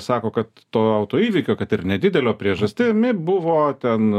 sako kad to autoįvykio kad ir nedidelio priežastimi buvo ten